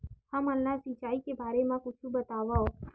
हमन ला सिंचाई के बारे मा कुछु बतावव?